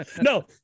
no